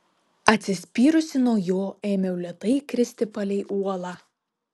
atsispyrusi nuo jo ėmiau lėtai kristi palei uolą